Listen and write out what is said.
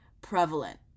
prevalent